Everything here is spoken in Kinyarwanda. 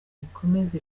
ikomeze